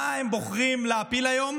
מה הם בוחרים להפיל היום?